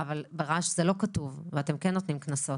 אבל ברעש זה לא כתוב ואתם כן נותנים קנסות.